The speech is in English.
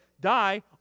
die